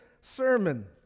sermon